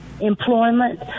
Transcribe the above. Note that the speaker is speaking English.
employment